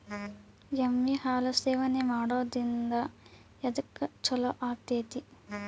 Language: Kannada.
ಎಮ್ಮಿ ಹಾಲು ಸೇವನೆ ಮಾಡೋದ್ರಿಂದ ಎದ್ಕ ಛಲೋ ಆಕ್ಕೆತಿ?